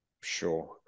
sure